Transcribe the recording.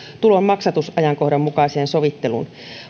tulon maksatusajankohdan mukaiseen sovitteluun